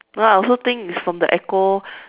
no lah I also think it's from the echo